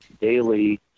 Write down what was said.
daily